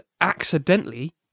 accidentally